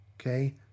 Okay